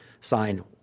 Sign